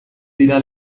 dira